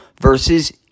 versus